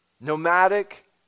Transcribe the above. nomadic